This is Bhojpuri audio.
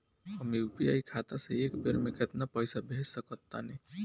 हम यू.पी.आई खाता से एक बेर म केतना पइसा भेज सकऽ तानि?